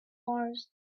mars